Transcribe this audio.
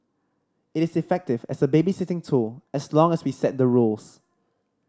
it is effective as a babysitting tool as long as we set the rules